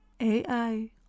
AI